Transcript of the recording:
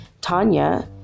Tanya